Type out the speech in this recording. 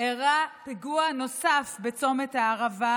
אירע פיגוע נוסף בצומת הערבה,